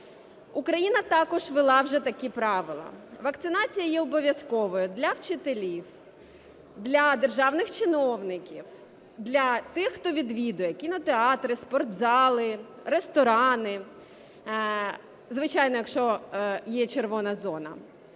Україна також ввела вже такі правила, вакцинація є обов'язковою для вчителів, для державних чиновників, для тих, хто відвідує кінотеатри, спортзали, ресторани, звичайно, якщо є "червона" зона.